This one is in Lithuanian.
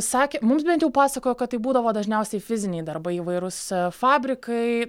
sakė mums bet jau pasakojo kad taip būdavo dažniausiai fiziniai darbai įvairūs fabrikai